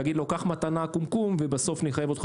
להגיד לו קח מתנה קומקום ובסוף נחייב אותך